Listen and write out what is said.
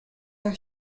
are